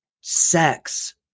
sex